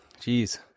Jeez